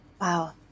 Wow